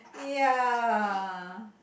ya